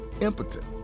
impotent